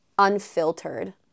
unfiltered